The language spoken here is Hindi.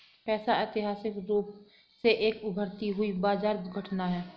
पैसा ऐतिहासिक रूप से एक उभरती हुई बाजार घटना है